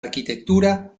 arquitectura